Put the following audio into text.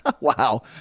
Wow